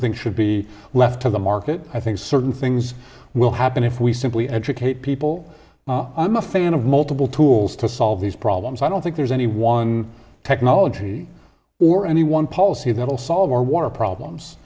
things should be left to the market i think certain things will happen if we simply educate people i'm a fan of multiple tools to solve these problems i don't think there's any one technology or any one policy that'll solve our water problems